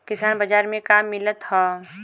किसान बाजार मे का मिलत हव?